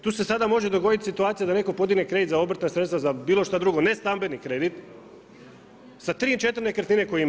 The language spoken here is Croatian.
Tu se sada može dogoditi situacija da netko podigne kredit za obrtna sredstva, za bilo šta drugo, ne stambeni kredit sa 3, 4 nekretnine koje ima.